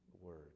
Word